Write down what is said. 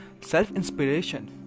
self-inspiration